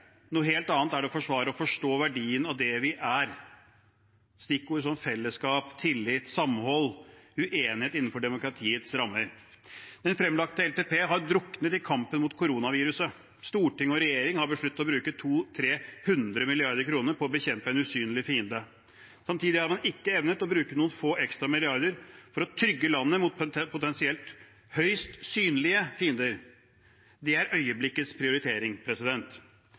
noe helt annet er å forsvare og forstå verdien av det vi er – stikkord som fellesskap, tillit, samhold, uenighet innenfor demokratiets rammer. Den fremlagte langtidsplanen har druknet i kampen mot koronaviruset. Storting og regjering har besluttet å bruke to–tre hundre milliarder kroner på å bekjempe en usynlig fiende. Samtidig har man ikke evnet å bruke noen få ekstra milliarder for å trygge landet mot potensielt høyst synlige fiender. Det er øyeblikkets prioritering.